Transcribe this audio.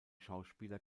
schauspieler